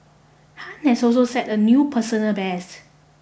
Han has also set a new personal best